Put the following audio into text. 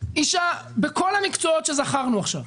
אישה בכל המקצועות שזכרנו עכשיו,